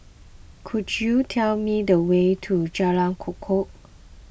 could you tell me the way to Jalan Kukoh